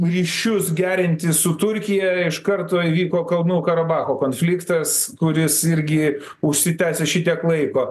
ryšius gerinti su turkija iš karto įvyko kalnų karabacho konfliktas kuris irgi užsitęsęs šitiek laiko